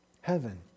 heaven